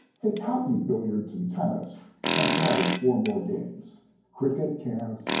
they copied billiards and tennis and added four more games cricket, quinze,